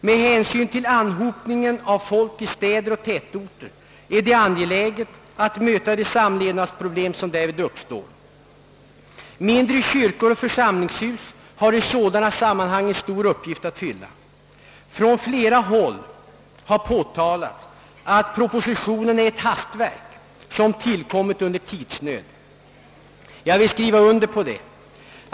Det är också angeläget att lösa de samlevnadsproblem som anhopningen av människor i städer och tätorter medför. Mindre kyrkor och församlingshus har i sådana sammanhang en stor uppgift att fylla. Från flera håll har det påtalats att propositionen är ett hastverk som tillkommit i tidsnöd, och jag vill skriva under på detta.